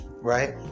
right